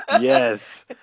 yes